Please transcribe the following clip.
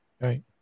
right